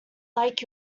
like